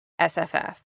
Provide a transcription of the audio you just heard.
SFF